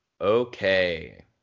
Okay